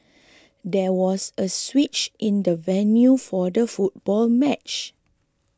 there was a switch in the venue for the football match